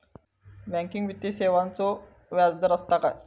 Banking वित्तीय सेवाचो व्याजदर असता काय?